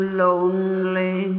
lonely